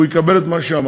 הוא יקבל את מה שאמרתי.